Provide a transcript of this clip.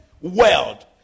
world